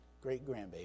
great-grandbaby